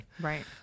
Right